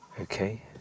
okay